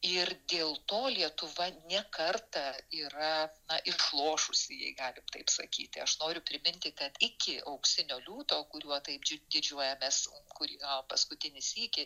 ir dėl to lietuva ne kartą yra išlošusi jei galim taip sakyti aš noriu priminti kad iki auksinio liūto kuriuo taip didžiuojamės kurį paskutinį sykį